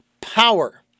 power